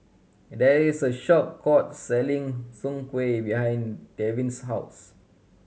there is a short court selling Soon Kuih behind Devin's house